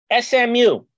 SMU